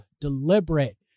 deliberate